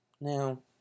Now